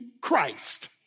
Christ